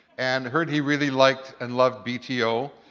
and heard he really liked and loved bto.